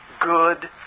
good